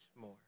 more